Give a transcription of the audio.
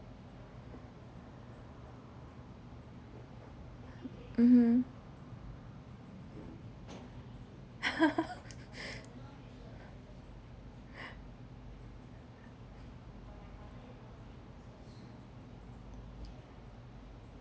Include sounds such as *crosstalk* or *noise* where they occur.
mmhmm *laughs* *noise*